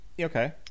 Okay